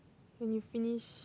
when you finish